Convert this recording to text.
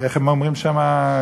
איך הם אומרים שם?